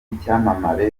w’icyamamare